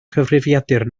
cyfrifiadur